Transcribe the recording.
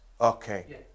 Okay